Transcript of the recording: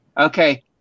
Okay